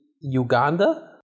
Uganda